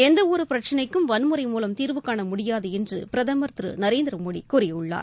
எந்தவொரு பிரச்சினைக்கும் வன்முறை மூலம் தீர்வு காண முடியாது என்று பிரதமர் திரு நரேந்திர மோடி கூறியுள்ளார்